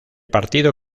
partido